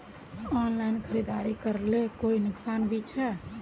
Online खरीदारी करले कोई नुकसान भी छे?